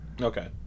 okay